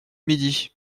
midi